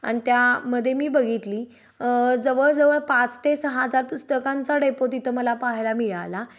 अन् त्यामदे मी बघितली जवळजवळ पाच ते सहा हजार पुस्तकांचा डेपो तिथं मला पाहायला मिळाला